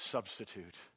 Substitute